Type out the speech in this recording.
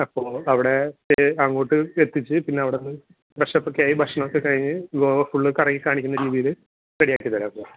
അപ്പോൾ അവിടെ സ്റ്റേ അങ്ങോട്ട് എത്തിച്ച് പിന്നെ അവിടുന്ന് ഫ്രെഷ് അപ്പ് ഒക്കെയായി ഭക്ഷണം ഒക്കെ കഴിഞ്ഞ് ഗോവ ഫുൾ കറങ്ങിക്കാണിക്കുന്ന രീതിയിൽ റെഡി ആക്കിത്തരാം അപ്പോൾ